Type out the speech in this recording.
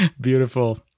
Beautiful